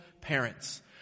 parents